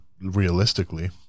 realistically